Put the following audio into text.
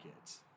kids